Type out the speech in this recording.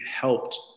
helped